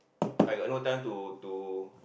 I got no time to to